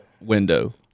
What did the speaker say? window